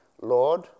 Lord